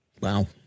Wow